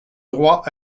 droit